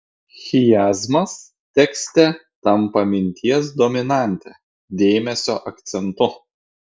chiazmas tekste tampa minties dominante dėmesio akcentu